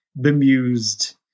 bemused